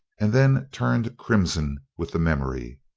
and then turned crimson with the memory.